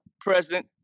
president